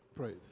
Praise